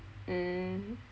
mm